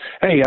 Hey